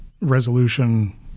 resolution